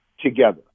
together